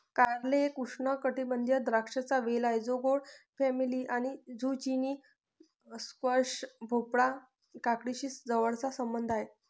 कारले एक उष्णकटिबंधीय द्राक्षांचा वेल आहे जो गोड फॅमिली आणि झुचिनी, स्क्वॅश, भोपळा, काकडीशी जवळचा संबंध आहे